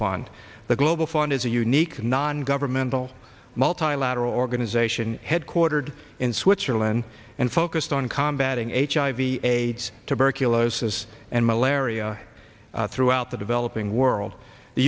fund the global fund is a unique non governmental multilateral organization headquartered in switzerland and focused on combat in a aids tuberculosis and malaria throughout the developing world the